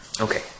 Okay